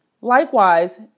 Likewise